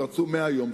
הם דחו ורצו 100 יום,